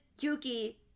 yuki